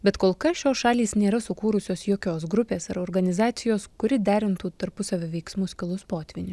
bet kol kas šios šalys nėra sukūrusios jokios grupės ar organizacijos kuri derintų tarpusavio veiksmus kilus potvyniui